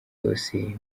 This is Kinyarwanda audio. yose